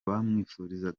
bamwifuriza